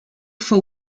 for